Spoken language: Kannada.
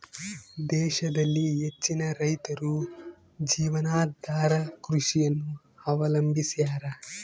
ದೇಶದಲ್ಲಿ ಹೆಚ್ಚಿನ ರೈತರು ಜೀವನಾಧಾರ ಕೃಷಿಯನ್ನು ಅವಲಂಬಿಸ್ಯಾರ